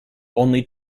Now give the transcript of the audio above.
only